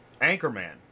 Anchorman